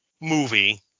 movie